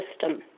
system